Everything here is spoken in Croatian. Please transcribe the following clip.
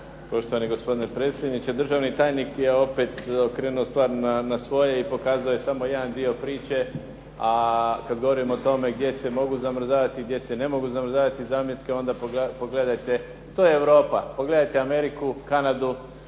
Poštovani gospodine predsjedniče, državni tajnik je opet okrenuo stvar na svoje i pokazuje samo jedan dio priče a kada govorimo o tome gdje se može a gdje se ne može zamrzavati zametke, onda pogledajte. To je Europa, pogledajte Ameriku, Kanadu